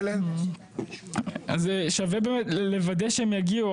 שווה לוודא שהם יגיעו.